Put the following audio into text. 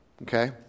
Okay